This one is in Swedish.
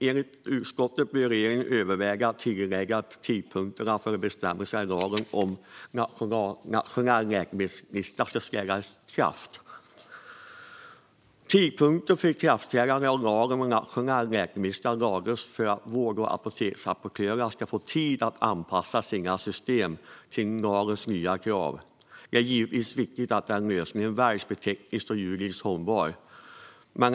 Enligt utskottet bör regeringen överväga att tidigarelägga tidpunkterna för när bestämmelserna i lagen om nationell läkemedelslista ska träda i kraft. Tidpunkten för ikraftträdande av lagen om nationell läkemedelslista har valts för att vård och apoteksaktörerna ska få tid att anpassa sina system till lagens nya krav. Det är givetvis viktigt att den lösning som väljs blir tekniskt och juridiskt hållbar.